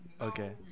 Okay